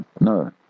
No